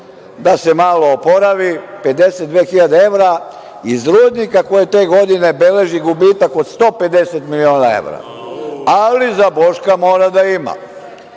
da se malo oporavi, 52.000 evra iz rudnika koji te godine beleži gubitak od 150 miliona evra, ali za Boška mora da